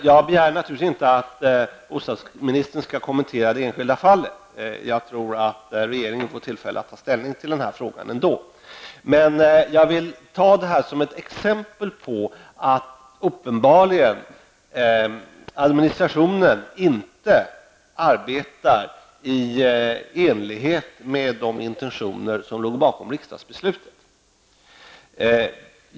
Jag begär naturligtvis inte att bostadsministern skall kommentera det enskilda fallet. Jag tror att regeringen får tillfälle att ta ställning till den här frågan ändå. Men jag vill ta detta som ett exempel på att administrationen uppbarligen inte arbetar i enlighet med de intentioner som låg bakom riksdagsbeslutet.